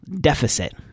deficit